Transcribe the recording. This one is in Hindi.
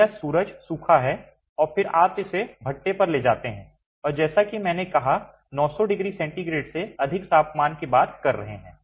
तो यह सूरज सूखा है और फिर आप इसे भट्ठे पर ले जाते हैं और जैसा कि मैंने कहा हम 900 डिग्री सेंटीग्रेड से अधिक तापमान की बात कर रहे हैं